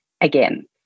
again